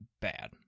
bad